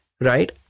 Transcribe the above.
Right